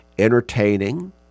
entertaining